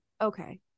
okay